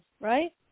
Right